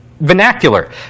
vernacular